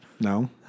no